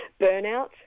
burnout